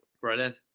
Brilliant